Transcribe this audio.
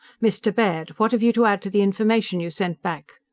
mr. baird! what have you to add to the information you sent back?